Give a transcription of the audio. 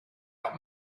out